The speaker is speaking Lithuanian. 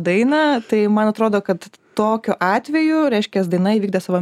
dainą tai man atrodo kad tokiu atveju reiškias daina įvykdė savo